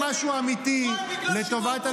אני אצביע כמו שאני אמצא לנכון.